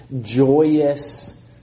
joyous